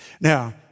Now